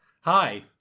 Hi